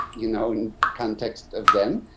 you know, in context of them.